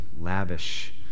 lavish